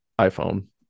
iPhone